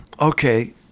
okay